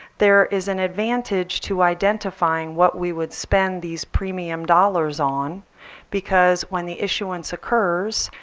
there is an advantage to identifying what we would spend these premium dollars on because when the issuance occurs,